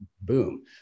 boom